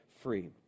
free